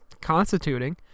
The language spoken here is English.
constituting